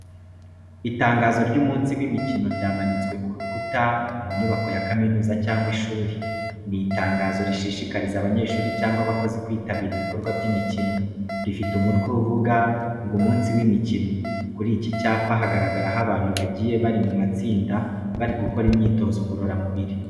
Itangazo ry’umunsi w’imikino ryamanitswe ku rukuta mu nyubako ya kaminuza cyangwa ishuri. Ni itangazo rishishikariza abanyeshuri cyangwa abakozi kwitabira ibikorwa by'imikino. Rifite umutwe uvuga ngo umunsi w’imikino. Kuri iki cyapa hagaragaraho abantu bagiye bari mu matsinda bari gukora imyitozo ngororamubiri.